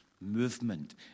movement